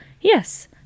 yes